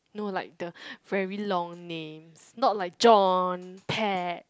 no like the very long names not like John Ted